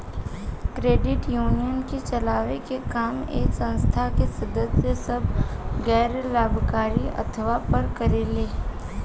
credit union के चलावे के काम ए संस्था के सदस्य सभ गैर लाभकारी आधार पर करेले